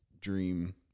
dream